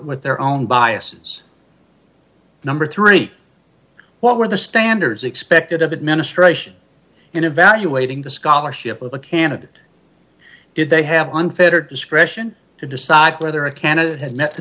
with their own biases number three what were the standards expected of administration in evaluating the scholarship of a candidate did they have unfettered discretion to decide whether a candidate had met the